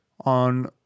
on